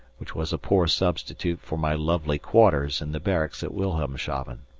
which was a poor substitute for my lovely quarters in the barracks at wilhelmshaven.